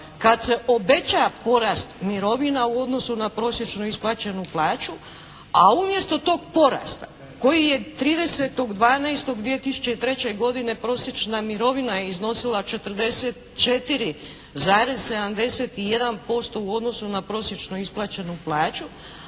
kad se obeća porast mirovina u odnosu na prosječnu isplaćenu plaću, a umjesto tog porasta koji je 30.12.2003. godine prosječna mirovina iznosila 44,71% u odnosu na prosječno isplaćenu plaću,